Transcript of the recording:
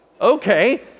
Okay